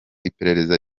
iperereza